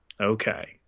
Okay